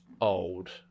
old